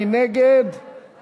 מי